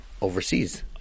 overseas